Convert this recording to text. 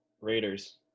Raiders